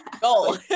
goal